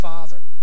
Father